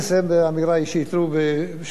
בחמש השנים שבהן הייתי אלוף פיקוד הצפון,